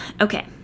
Okay